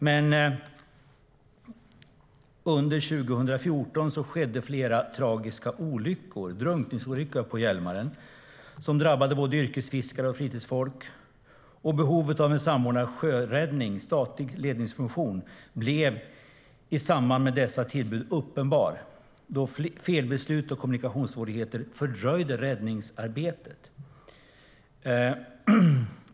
Men under 2014 skedde flera tragiska drunkningsolyckor på Hjälmaren som drabbade både yrkesfiskare och fritidsfolk. Behovet av en samordnad sjöräddning, en statlig ledningsfunktion, blev i samband med dessa tillbud uppenbart. Felbeslut och kommunikationssvårigheter fördröjde räddningsarbetet.